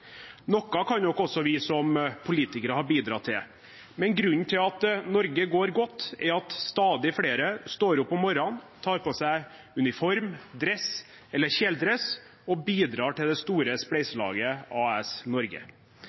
Noe kan nok også vi som politikere ha bidratt til. Men grunnen til at Norge går godt, er at stadig flere står opp om morgenen, tar på seg uniform, dress eller kjeledress og bidrar til det store spleiselaget AS Norge.